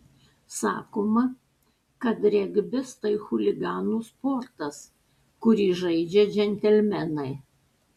sakoma kad regbis tai chuliganų sportas kurį žaidžia džentelmenai